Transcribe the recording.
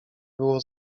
było